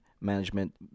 management